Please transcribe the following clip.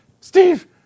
Steve